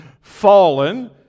fallen